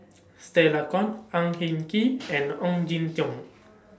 Stella Kon Ang Hin Kee and Ong Jin Teong